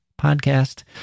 podcast